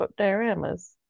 dioramas